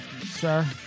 sir